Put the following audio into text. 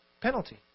penalty